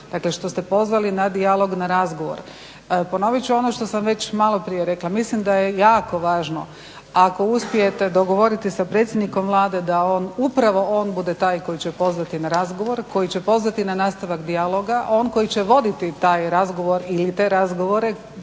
dakle što ste pozvali na dijalog na razgovor. Ponovit ću ono što sam već malo prije rekla, mislim da je jako važno ako uspijete dogovoriti sa predsjednikom Vlade da upravo on bude taj koji će pozvati na razgovor koji će pozvati na nastavak dijaloga, on koji će voditi taj razgovor ili te razgovore